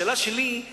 השאלה שלי היא